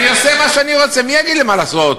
אני עושה מה שאני רוצה, מי יגיד לי מה לעשות?